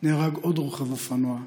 נהרג עוד רוכב אופנוע,